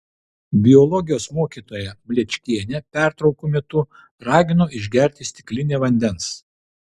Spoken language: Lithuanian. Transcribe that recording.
biologijos mokytoja mlečkienė pertraukų metu ragino išgerti stiklinę vandens